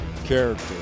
character